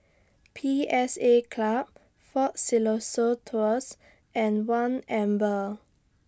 P S A Club Fort Siloso Tours and one Amber